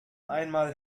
einmal